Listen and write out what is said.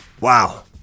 Wow